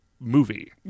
movie